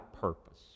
purpose